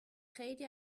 خیلی